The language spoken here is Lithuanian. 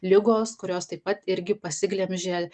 ligos kurios taip pat irgi pasiglemžė